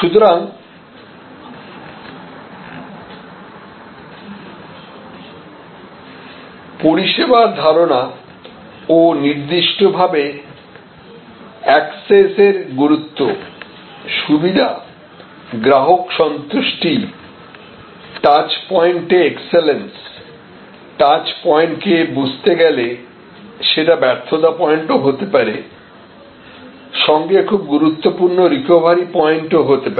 সুতরাং পরিষেবার ধারণা ও নির্দিষ্টভাবে এক্সেসের গুরুত্ব সুবিধা গ্রাহক সন্তুষ্টি টাচপয়েন্টে এক্সেলেন্স টাচপয়েন্ট কে বুঝতে গেলে সেটা ব্যর্থতা পয়েন্টও হতে পারে সঙ্গে খুব গুরুত্বপূর্ণ রিকভারি পয়েন্টও হতে পারে